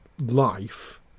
life